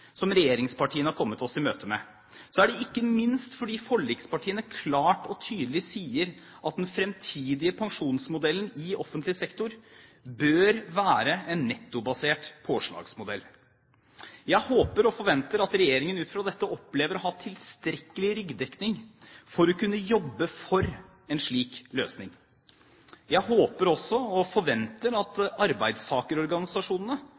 som regjeringspartiene har kommet oss i møte med, er det ikke minst fordi forlikspartiene klart og tydelig sier at den fremtidige pensjonsmodellen i offentlig sektor bør være en nettobasert påslagsmodell. Jeg håper og forventer at regjeringen ut fra dette opplever å ha tilstrekkelig ryggdekning for å kunne jobbe for en slik løsning. Jeg håper også, og forventer,